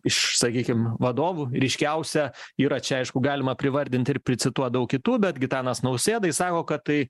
iš sakykim vadovų ryškiausia yra čia aišku galima privardint ir pricituot daug kitų bet gitanas nausėda jis sako kad tai